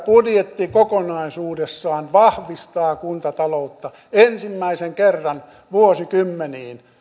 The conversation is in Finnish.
budjetti kokonaisuudessaan vahvistaa kuntataloutta ensimmäisen kerran vuosikymmeniin